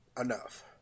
enough